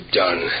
done